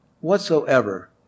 whatsoever